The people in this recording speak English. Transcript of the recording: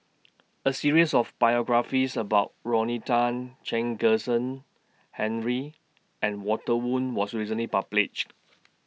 A series of biographies about Rodney Tan Chen Kezhan Henri and Walter Woon was recently published